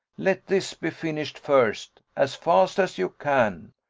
let this be finished first, as fast as you can,